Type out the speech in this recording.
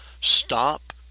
stop